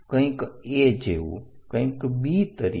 કંઈક A જેવુ કંઈક B તરીકે